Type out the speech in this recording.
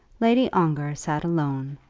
lady ongar sat alone,